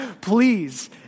Please